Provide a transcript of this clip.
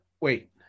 Wait